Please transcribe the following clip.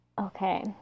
Okay